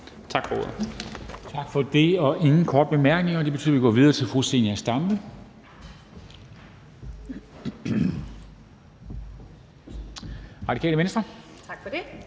Tak for det. Der er ingen korte bemærkninger, og det betyder, at vi går videre til fru Zenia Stampe, Radikale Venstre.